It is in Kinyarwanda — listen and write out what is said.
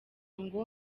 ngo